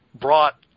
brought